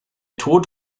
tod